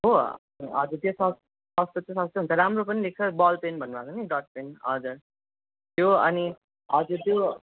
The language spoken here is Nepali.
हो हजुर त्यसमा सस्तो चाहिँ सस्तै हुन्छ राम्रो पनि लेख्छ बल पेन भन्नु भएको नि डट हजुर त्यो अनि हजुर त्यो